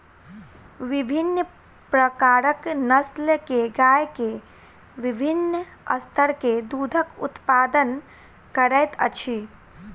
विभिन्न प्रकारक नस्ल के गाय के विभिन्न स्तर के दूधक उत्पादन करैत अछि